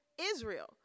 Israel